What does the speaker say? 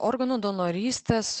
organų donorystės